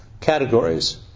categories